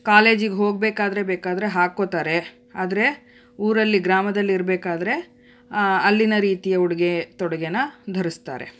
ಕಾಲೇಜಿಗೆ ಹೋಗಬೇಕಾದ್ರೆ ಬೇಕಾದರೆ ಹಾಕ್ಕೋತಾರೆ ಆದರೆ ಊರಲ್ಲಿ ಗ್ರಾಮದಲ್ಲಿ ಇರಬೇಕಾದ್ರೆ ಅಲ್ಲಿನ ರೀತಿಯ ಉಡುಗೆ ತೊಡುಗೆ ಧರಿಸ್ತಾರೆ